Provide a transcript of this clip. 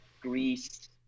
Greece